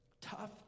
tough